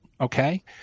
Okay